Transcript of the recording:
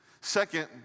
Second